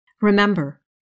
Remember